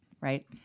right